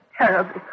terribly